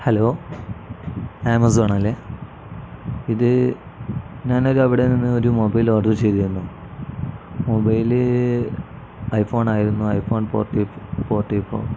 hello ആമസോണല്ലേ ഇത് ഞാൻ ഒരു അവിടെ നിന്ന് ഒരു മൊബൈൽ ഓർഡർ ചെയ്തിരുന്നു മൊബൈല് ഐ ഫോണായിരുന്നു iPhone forty forty four